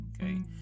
okay